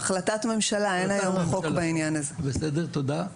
החלטת ממשלה, בסדר, תודה.